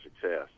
success